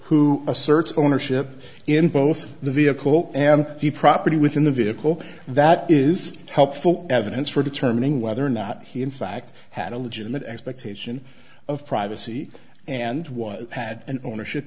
who asserts ownership in both the vehicle and the property within the vehicle that is helpful evidence for determining whether or not he in fact had a legitimate expectation of privacy and was had an ownership